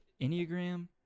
Enneagram